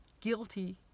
guilty